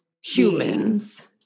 humans